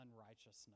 unrighteousness